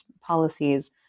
policies